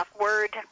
Word